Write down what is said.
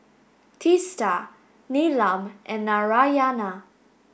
Teesta Neelam and Narayana